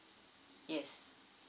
yes